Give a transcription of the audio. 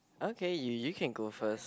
okay you you can go first